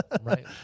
right